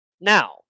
now